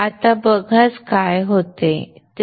आता बघाच काय होते ते